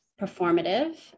performative